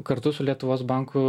kartu su lietuvos banku